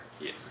Yes